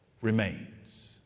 remains